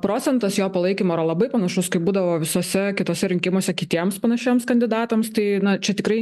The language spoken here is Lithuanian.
procentas jo palaikymo yra labai panašus kaip būdavo visuose kituose rinkimuose kitiems panašiems kandidatams tai čia tikrai